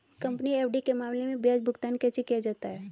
Company FD के मामले में ब्याज भुगतान कैसे किया जाता है?